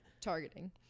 targeting